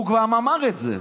הוא גם אמר את זה.